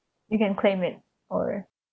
you can claim it or